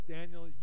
Daniel